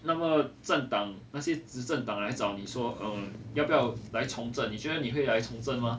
那么政党那些执政党来找你说 um 要不要来从政你觉得你会来从政吗